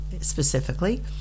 specifically